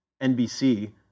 NBC